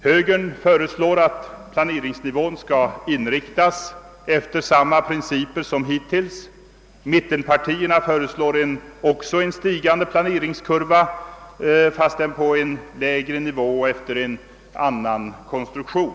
Högern föreslår att planeringsnivån skall inriktas efter samma principer som hittills, mittenpartierna föreslår också en stigande planeringskurva, fastän på en lägre nivå och efter en annan konstruktion.